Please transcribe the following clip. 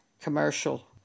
commercial